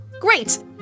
Great